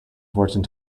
fortune